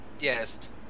Yes